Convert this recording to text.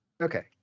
Okay